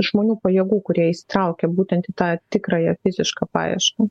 žmonių pajėgų kurie įsitraukia būtent į tą tikrąją fizišką paiešką